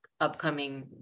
upcoming